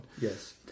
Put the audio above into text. Yes